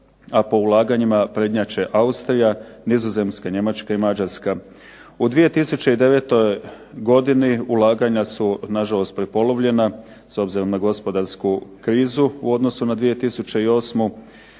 a po ulaganjima prednjače Austrija, Nizozemska i Mađarska. U 2009. godini ulaganja su na žalost prepolovljena s obzirom na gospodarsku krizu u odnosu na 2008. No,